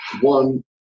one